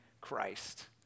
Christ